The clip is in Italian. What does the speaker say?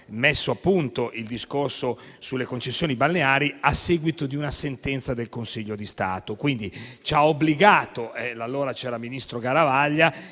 messo a punto il discorso sulle concessioni balneari a seguito di una sentenza del Consiglio di Stato. Allora c'era il ministro Garavaglia